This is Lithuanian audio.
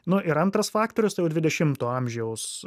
nu ir antras faktorius dvidešimto amžiaus